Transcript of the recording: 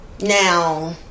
Now